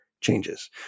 changes